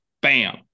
Bam